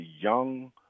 young